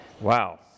Wow